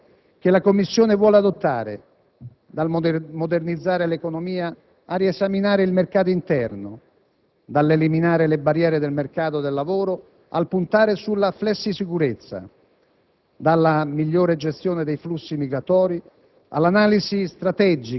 Pur ribadendo il mio accordo alle iniziative strategiche e prioritarie che la Commissione vuole adottare (dalla modernizzazione dell'economia al riesame del mercato interno, dall'eliminazione delle barriere nel mercato del lavoro al puntare sulla «flessicurezza»,